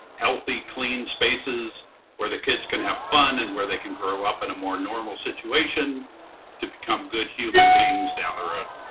healthy, clean spaces where the kids can have fun and where they can grow up in a more normal situation to become good human beings down the road.